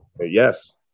yes